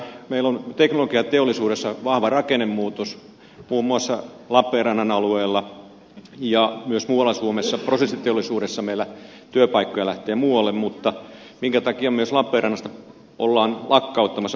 meillä on teknologiateollisuudessa vahva rakennemuutos muun muassa lappeenrannan alueella ja myös muualla suomessa prosessiteollisuudessa meillä työpaikkoja lähtee muualle mutta minkä takia myös lappeenrannasta ollaan lakkauttamassa prosessiteollisuuden koulutusalat